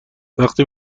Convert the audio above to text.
وقتی